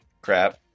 crap